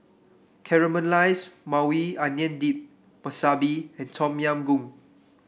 Caramelized Maui Onion Dip Wasabi and Tom Yam Goong